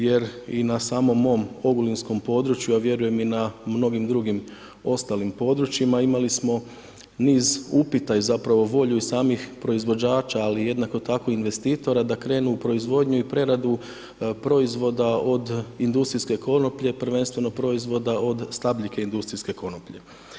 Jer i na samom mom ogulinskom području a vjerujem i na mnogim drugim ostalim područjima imali smo niz upita i zapravo volju i samih proizvođača ali jednako tako i investitora da krenu u proizvodnju i preradu proizvoda od industrijske konoplje, prvenstveno proizvoda od stabljike industrijske konoplje.